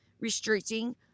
restricting